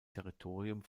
territorium